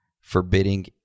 forbidding